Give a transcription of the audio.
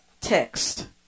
text